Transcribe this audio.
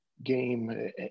Game